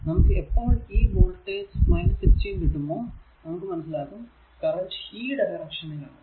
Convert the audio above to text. നമുക്ക് എപ്പോൾ ഈ വോൾടേജ് 16 കിട്ടുമോ നമുക്ക് മനസിലാക്കാം കറന്റ് ഈ ഡയറക്ഷനിൽ ആണ്